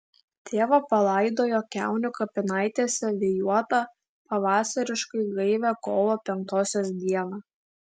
tėvą palaidojo kiaunių kapinaitėse vėjuotą pavasariškai gaivią kovo penktosios dieną